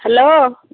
hello